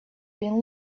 been